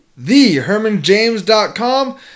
thehermanjames.com